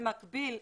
במקביל,